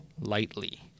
lightly